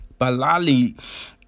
Balali